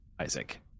Isaac